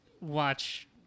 Watch